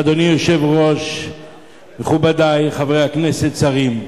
אדוני היושב-ראש, מכובדי, חברי הכנסת, שרים,